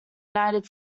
united